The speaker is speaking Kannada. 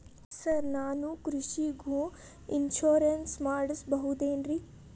ಸರ್ ನಾನು ಕೃಷಿಗೂ ಇನ್ಶೂರೆನ್ಸ್ ಮಾಡಸಬಹುದೇನ್ರಿ?